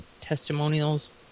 testimonials